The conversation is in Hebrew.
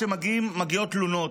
כשמגיעות תלונות,